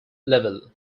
level